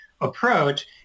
approach